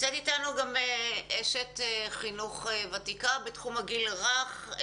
נמצאת אתנו אשת חינוך ותיקה בתחום הגיל הרך,